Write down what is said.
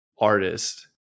artist